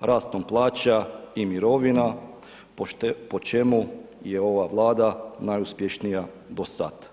rastom plaća i mirovina po čemu je ova Vlada najuspješnija do sad.